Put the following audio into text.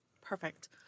Perfect